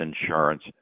insurance